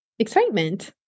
Excitement